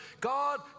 God